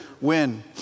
win